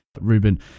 Ruben